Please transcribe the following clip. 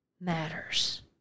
matters